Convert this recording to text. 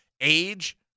Age